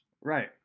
Right